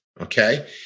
okay